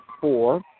four